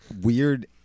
weird